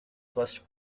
first